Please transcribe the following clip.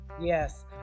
yes